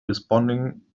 responding